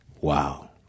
Wow